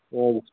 हजुर